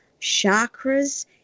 chakras